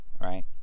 right